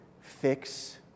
fix